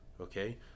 okay